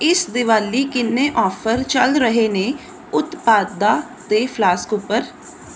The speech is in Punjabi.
ਇਸ ਦੀਵਾਲੀ ਕਿੰਨੇ ਆਫ਼ਰ ਚੱਲ ਰਹੇ ਨੇ ਉਤਪਾਦਾਂ ਅਤੇ ਫਲਾਸਕ ਉੱਪਰ